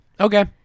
okay